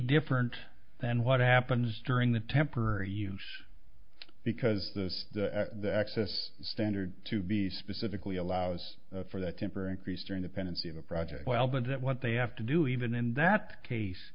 different than what happens during the temporary use because this access standard to be specifically allows for that temporary increase during the pendency of a project well but that what they have to do even in that case